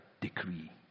decree